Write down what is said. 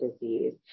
disease